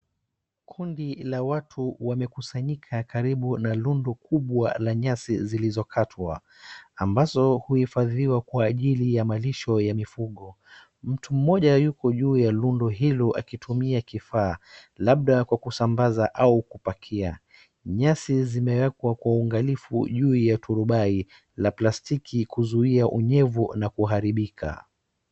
Kundi la watu wamekusanyika karibu na rundo kubwa la nyasi zilizokatwa ambazo uhifadhiwa kwa ajili ya malisho ya mifugo. Mtu mmoja yuko juu ya rundo hilo akitumia kifaa labda kwa kusambaza au kupakia. Nyasi zimewekwa kwa uangalifu juu ya turubai la plastiki kuzuia unyevu na kuharibika.